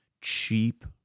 cheap